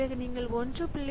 பிறகு நீங்கள் 1